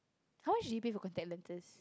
how much did you pay for contact lenses